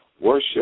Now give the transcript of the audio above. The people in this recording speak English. Worship